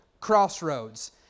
crossroads